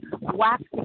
Waxing